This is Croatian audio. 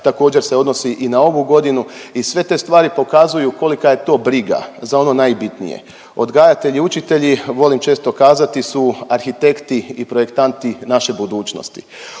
Također se odnosi i na ovu godinu i sve te stvari pokazuju kolika je to briga za ono najbitnije. Odgajatelji i učitelji volim često kazati su arhitekti i projektanti naše budućnosti.